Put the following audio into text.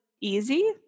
easy